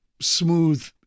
smooth